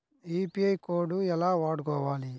UPI code ఎలా వాడుకోవాలి?